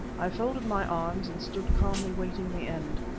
i folded my arms and stood calmly waiting the end.